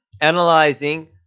analyzing